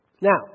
Now